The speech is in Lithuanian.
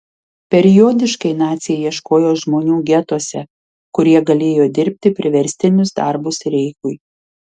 periodiškai naciai ieškojo žmonių getuose kurie galėjo dirbti priverstinius darbus reichui